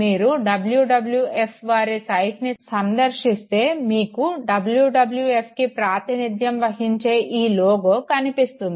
మీరు డబల్యూడబల్యూఎఫ్ వారి సైట్ని సందర్శిస్తే మీకు WWFకు ప్రాతినిధ్యం వహించే ఈ లోగో కనిపిస్తుంది